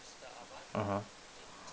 (uh huh)